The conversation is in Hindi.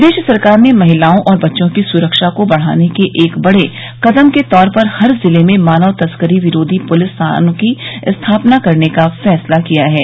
प्रदेश सरकार ने महिलाओं और बच्चों की सुरक्षा को बढाने के एक बड़े कदम के तौर पर हर जिले में मानव तस्करी विरोधी पुलिस थानों की स्थापना करने का फैसला किया हे